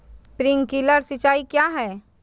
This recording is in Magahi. प्रिंक्लर सिंचाई क्या है?